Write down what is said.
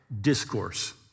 discourse